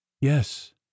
yes